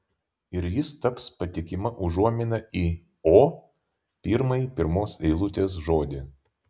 ir jis taps patikima užuomina į o pirmąjį pirmos eilutės žodį